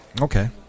Okay